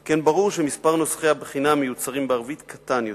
על כן ברור שמספר נוסחי הבחינה המיוצרים בערבית קטן יותר.